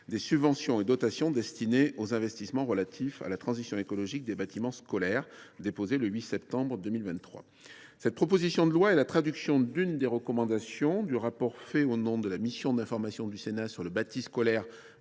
des subventions et dotations destinées aux investissements relatifs à la transition écologique des bâtiments scolaires, déposée le 8 septembre 2023. Cette proposition de loi est la traduction d’une des recommandations du rapport fait au nom de la mission d’information du Sénat « Le bâti scolaire